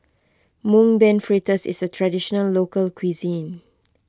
Mung Bean Fritters is a Traditional Local Cuisine